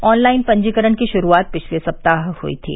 online पंजीकरण की शुरूआत पिछले सप्ताह हुई थी